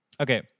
Okay